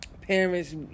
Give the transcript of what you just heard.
parents